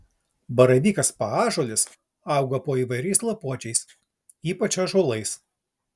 baravykas paąžuolis auga po įvairiais lapuočiais ypač ąžuolais